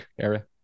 area